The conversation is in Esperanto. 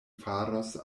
faros